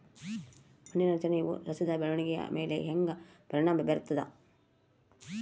ಮಣ್ಣಿನ ರಚನೆಯು ಸಸ್ಯದ ಬೆಳವಣಿಗೆಯ ಮೇಲೆ ಹೆಂಗ ಪರಿಣಾಮ ಬೇರ್ತದ?